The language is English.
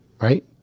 right